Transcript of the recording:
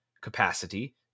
capacity